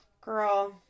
Girl